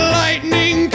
lightning